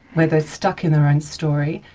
where they're stuck in their own story,